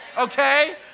Okay